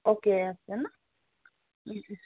okay আছে নহয়